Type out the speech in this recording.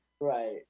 right